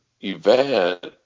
event